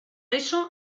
eso